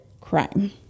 crime